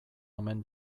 omen